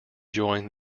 joined